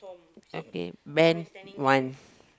okay van once